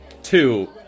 Two